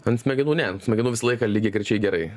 ant smegenų ant smegenų visą laiką lygiagrečiai gerai